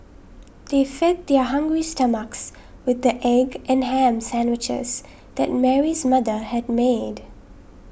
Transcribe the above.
they fed their hungry stomachs with the egg and ham sandwiches that Mary's mother had made